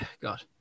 God